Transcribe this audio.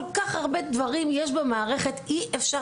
יש כל כך הרבה דברים במערכת ואי אפשר